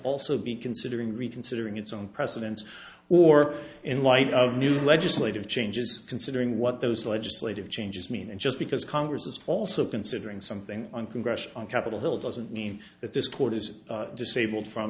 also be considering reconsidering its own precedents or in light of new legislative changes considering what those legislative changes mean and just because congress is also considering something on congressional on capitol hill doesn't mean that this court is disabled from